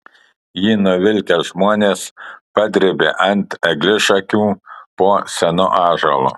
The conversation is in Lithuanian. jį nuvilkę žmonės padrėbė ant eglišakių po senu ąžuolu